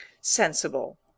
sensible